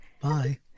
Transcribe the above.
Bye